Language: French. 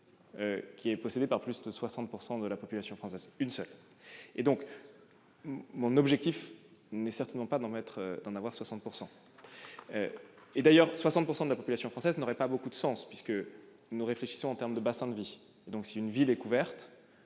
est possédée par plus de 60 % de la population française. Une seule ! Mon objectif n'est certainement pas d'atteindre ce niveau. Par ailleurs, une couverture de 60 % de la population française n'aurait pas beaucoup de sens, puisque nous réfléchissons en termes de bassin de vie. Donc, si une ville est couverte,